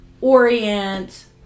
orient